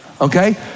Okay